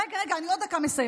רגע, אני עוד דקה מסיימת.